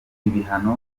ibihano